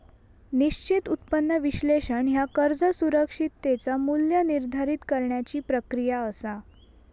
निश्चित उत्पन्न विश्लेषण ह्या कर्ज सुरक्षिततेचा मू्ल्य निर्धारित करण्याची प्रक्रिया असा